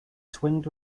twinned